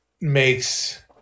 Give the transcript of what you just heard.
Makes